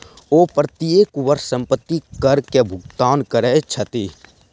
ओ प्रत्येक वर्ष संपत्ति कर के भुगतान करै छथि